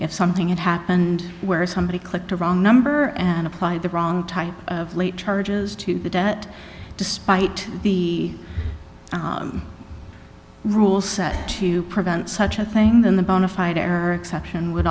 if something had happened where somebody clicked a wrong number and applied the wrong type of late charges to that despite the rule set to prevent such a thing than the bonafide are exception would